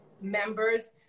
members